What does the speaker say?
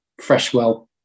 Freshwell